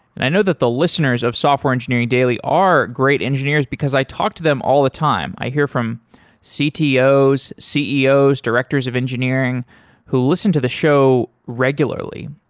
and i know that the listeners of software engineering daily are great engineers because i talked to them all the time. i hear from ctos, ceos, directors of engineering who listen to the show regularly.